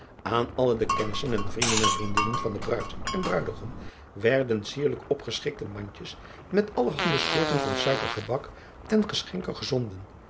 an alle de kennissen en vrienden en vriendinnen van de ruid en ruidegom werden sierlijk opgeschikte mandjes met allerhande soorten van suikergebak ten geschenke gezonden